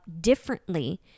differently